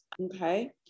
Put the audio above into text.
Okay